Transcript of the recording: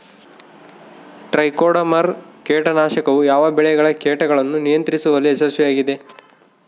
Trichoderma ಕೇಟನಾಶಕವು ಯಾವ ಬೆಳೆಗಳ ಕೇಟಗಳನ್ನು ನಿಯಂತ್ರಿಸುವಲ್ಲಿ ಯಶಸ್ವಿಯಾಗಿದೆ?